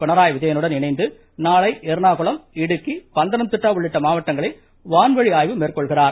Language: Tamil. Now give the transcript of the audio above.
பினராய் விஜயனுடன் இணைந்து நாளை ள்ணாகுளம் இடுக்கி பத்தனம் திட்டா உள்ளிட்ட மாவட்டங்களை வான்வழி ஆய்வு மேற்கொள்கிறார்